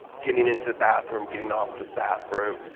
getting into the bathroom, getting off the bathroom.